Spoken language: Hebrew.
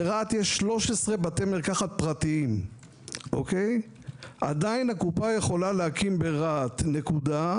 ברהט יש 13 בתי מרקחת פרטיים ועדין הקופה יכולה להקים ברהט נקודה,